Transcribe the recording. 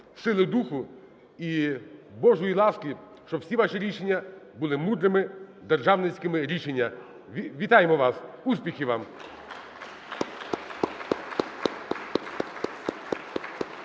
сили духу і Божої ласки, щоб всі ваші рішення були мудрими, державницькими рішеннями. Вітаємо вас! Успіхів вам!